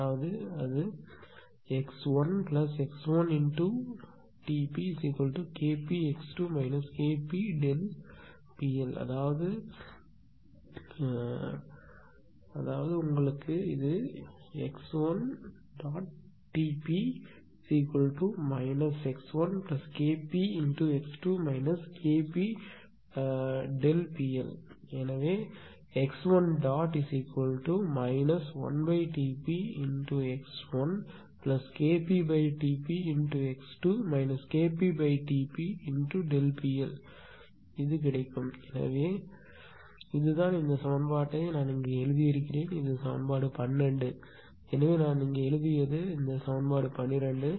அதாவது x1x1TpKpx2 KpPL அதாவது அப்படியே இருங்கள் அதாவது இது x1Tp x1Kpx2 KpPL எனவே x1 1Tpx1KpTpx2 KpTpPL எனவே இதுதான் இந்த சமன்பாட்டை நான் இங்கு எழுதியுள்ளேன் இது சமன்பாடு 12 ஆகும் எனவே நான் இங்கே எழுதியது இதுதான் சமன்பாடு 12